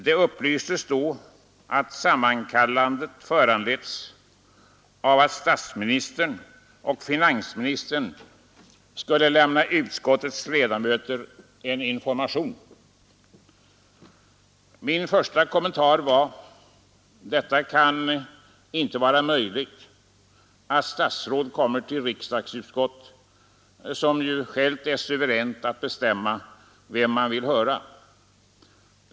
Det upplystes då att sammankallandet föranletts av att statsministern och finansministern skulle lämna utskottets ledamöter en information. Min första kommentar var: Det kan inte vara möjligt att statsråd kommer till ett riksdagsutskott, som ju självt är suveränt att bestämma vem man vill höra.